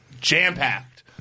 jam-packed